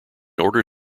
order